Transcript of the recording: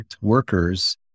workers